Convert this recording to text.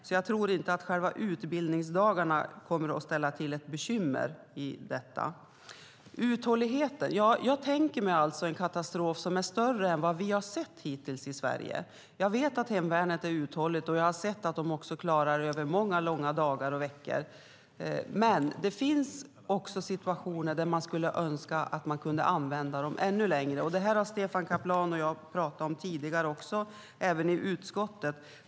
Jag tror alltså inte att själva utbildningsdagarna kommer att ställa till med bekymmer när det gäller detta. När det gäller uthålligheten tänker jag mig alltså en katastrof som är större än vad vi hittills har sett i Sverige. Jag vet att hemvärnet är uthålligt, och jag har sett att de klarar många långa dagar och veckor. Men det finns också situationer där man skulle önska att man kunde använda dem ännu längre. Det har Stefan Caplan och jag talat om tidigare även i utskottet.